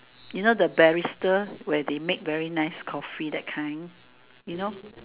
you know the barista where they make very nice Coffee that kind